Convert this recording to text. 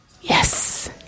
Yes